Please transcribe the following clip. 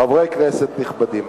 חברי כנסת נכבדים,